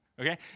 okay